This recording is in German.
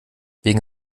wegen